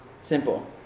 simple